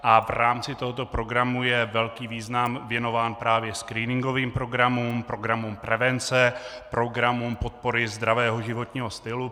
V rámci tohoto programu je velký význam věnován právě screeningovým programům, programům prevence, programům podpory zdravého životního stylu.